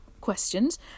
questions